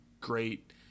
great